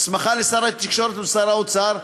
הסמכה לשר התקשורת ולשר האוצר,